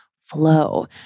flow